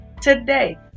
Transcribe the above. Today